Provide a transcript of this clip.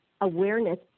awareness